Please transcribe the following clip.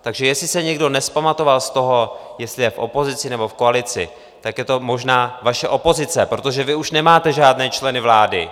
Takže jestli se někdo nevzpamatoval z toho, jestli je v opozici nebo v koalici, tak je to možná vaše opozice, protože vy už nemáte žádné členy vlády.